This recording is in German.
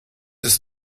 ist